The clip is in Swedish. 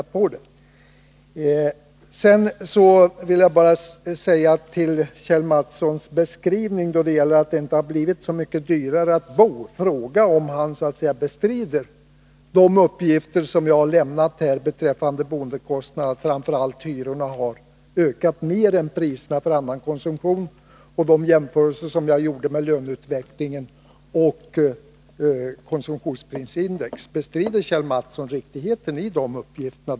Till Kjell Mattssons påstående att det inte har blivit så mycket dyrare att bo vill jag bara fråga om han bestrider de uppgifter som jag lämnade här beträffande att bostadskostnaderna, framför allt hyrorna, har ökat mer än priserna för annan konsumtion. Jag gjorde också jämförelser med löneutvecklingen och konsumtionsprisindex. Bestrider Kjell Mattsson riktigheten i dessa uppgifter?